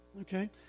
okay